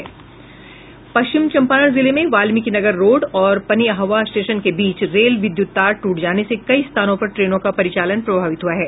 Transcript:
पश्चिम चंपारण जिले में वाल्मिकीनगर रोड और पनिअहवा स्टेशन के बीच रेल विद्युत तार टूट जाने से कई स्थानों पर ट्रेनों का परिचालन प्रभावित हुआ है